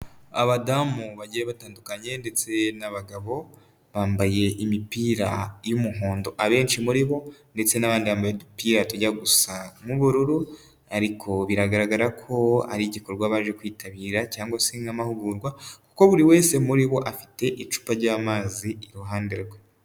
Abadamu bagiye batandukanye ndetse n'abagabo bambaye imipira y'umuhondo abenshi muri bo ndetse n'abandi bambaye udupira tujya gusa n'ubururu ariko biragaragara ko ari igikorwa baje kwitabira cyangwa se nk'amahugurwa kuko buri wese muri bo afite icupa ry'amazi iruhande rwe.